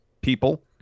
People